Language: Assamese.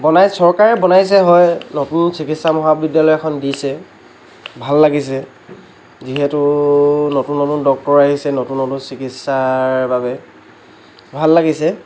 বনাই চৰকাৰে বনাইছে হয় নতুন চিকিৎসা মহাবিদ্যালয় এখন দিছে ভাল লাগিছে যিহেতু নতুন নতুন ডক্তৰ আহিছে নতুন নতুন চিকিৎসাৰ বাবে ভাল লাগিছে